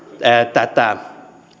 tätä